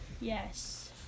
Yes